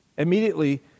Immediately